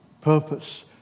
purpose